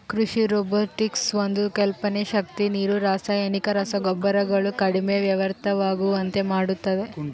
ಕೃಷಿ ರೊಬೊಟಿಕ್ಸ್ ಒಂದು ಕಲ್ಪನೆ ಶಕ್ತಿ ನೀರು ರಾಸಾಯನಿಕ ರಸಗೊಬ್ಬರಗಳು ಕಡಿಮೆ ವ್ಯರ್ಥವಾಗುವಂತೆ ಮಾಡುತ್ತದೆ